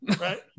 Right